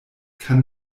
kann